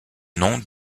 nom